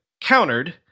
countered